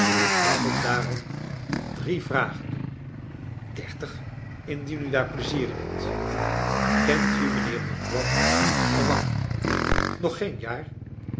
mag ik daarom drie vragen doen dertig indien u daar plezier in hebt kent u mijnheer blandois al lang nog geen jaar